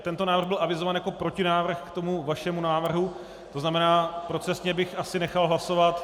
Tento návrh byl avizován jako protinávrh k vašemu návrhu, tzn. procesně bych asi nechal hlasovat...